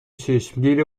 چشمگیر